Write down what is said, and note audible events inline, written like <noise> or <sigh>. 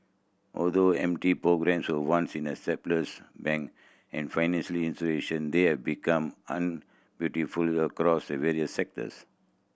although M T programmes were once a <unintelligible> of bank and financial institution they have become <unintelligible> across various sectors